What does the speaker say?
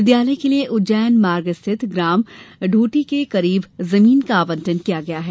विद्यालय के लिये उज्जैन मार्ग स्थित ग्राम ढोटी के करीब जमीन का आवंटन किया गया है